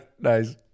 Nice